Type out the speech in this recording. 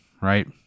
right